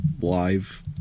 live